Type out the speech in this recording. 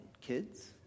kids